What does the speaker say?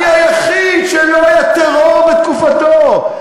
אני היחיד שלא היה טרור בתקופתו,